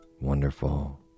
wonderful